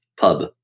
pub